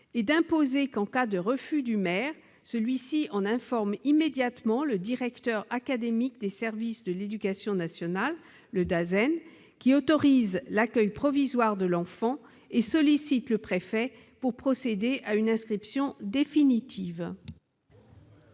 et à imposer que, en cas de refus du maire, celui-ci en informe immédiatement le directeur académique des services de l'éducation nationale, qui autorisera l'accueil provisoire de l'enfant et sollicitera le préfet pour procéder à une inscription définitive.